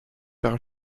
par